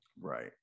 Right